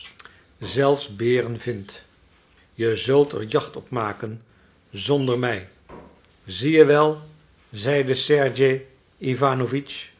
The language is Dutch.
zelfs beren vindt je zult er jacht op maken zonder mij zie je wel zeide sergej